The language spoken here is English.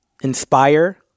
inspire